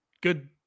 good